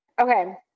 Okay